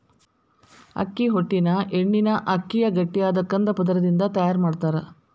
ಅಕ್ಕಿ ಹೊಟ್ಟಿನ ಎಣ್ಣಿನ ಅಕ್ಕಿಯ ಗಟ್ಟಿಯಾದ ಕಂದ ಪದರದಿಂದ ತಯಾರ್ ಮಾಡ್ತಾರ